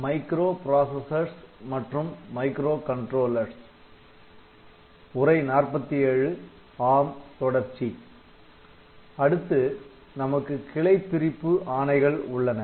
அடுத்து நமக்கு கிளைபிரிப்பு ஆணைகள் உள்ளன